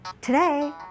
Today